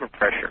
overpressure